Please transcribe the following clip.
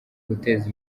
guteza